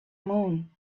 moon